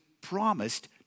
promised